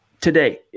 today